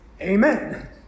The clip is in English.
Amen